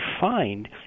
find